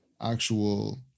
actual